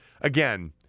Again